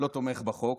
אני לא תומך בחוק,